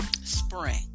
spring